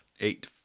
Eight